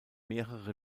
mehrere